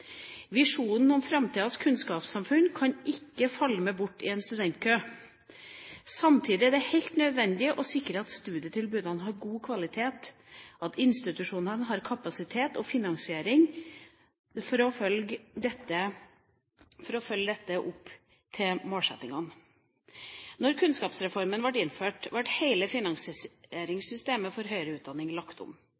Visjonen om framtidas kunnskapssamfunn kan ikke falme bort i en studentkø! Samtidig er det helt nødvendig å sikre at studietilbudene har god kvalitet, og at institusjonene har kapasitet og finansiering for å følge dette opp til målsettingene. Da kunnskapsreformen ble innført, ble